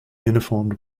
uniformed